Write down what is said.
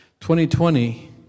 2020